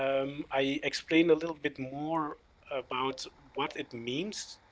um i explain a little bit more about what it means,